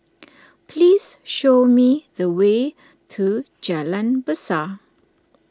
please show me the way to Jalan Besar